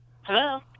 Hello